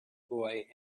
boy